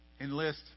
enlist